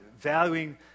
Valuing